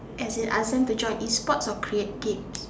as in as them to join E sports or create games